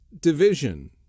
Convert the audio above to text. division